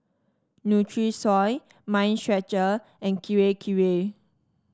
Nutrisoy Mind Stretcher and Kirei Kirei